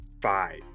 five